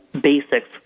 basics